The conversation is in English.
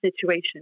situation